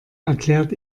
erklärt